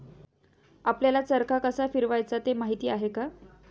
आपल्याला चरखा कसा फिरवायचा ते माहित आहे का?